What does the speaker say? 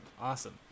awesome